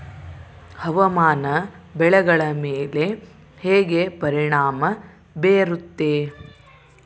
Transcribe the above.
ಹವಾಮಾನ ಬೆಳೆಗಳ ಮೇಲೆ ಹೇಗೆ ಪರಿಣಾಮ ಬೇರುತ್ತೆ?